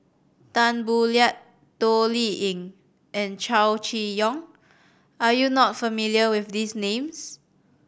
Tan Boo Liat Toh Liying and Chow Chee Yong are you not familiar with these names